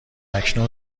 اکنون